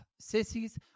Sissies